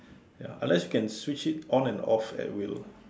ya unless you can switch it on and off at will